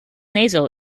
nasal